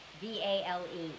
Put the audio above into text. V-A-L-E